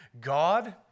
God